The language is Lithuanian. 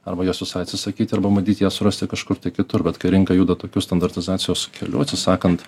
arba jos visai atsisakyti arba matyt ją surasti kažkur kitur bet kai rinka juda tokiu standartizacijos keliu atsisakant